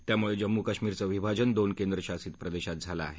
त्यामुळे जम्मू कश्मीरचं विभाजन दोन केंद्रशासित प्रदेशात झालं आहे